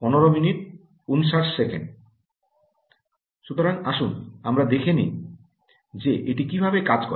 সুতরাং আসুন আমরা দেখে নিই যে এটি কিভাবে কাজ করে